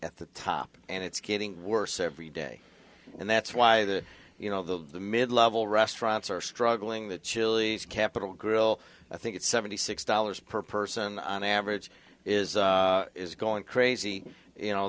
at the top and it's getting worse every day and that's why the you know the mid level restaurants are struggling the chili capital grill i think it's seventy six dollars per person on average is going crazy you know